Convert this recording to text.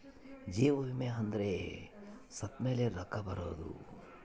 ಜೀವ ವಿಮೆ ಅಂದ್ರ ಸತ್ತ್ಮೆಲೆ ರೊಕ್ಕ ಬರೋದು